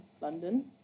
London